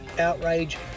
outrage